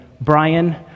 Brian